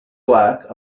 black